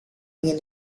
ingin